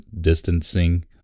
distancing